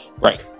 Right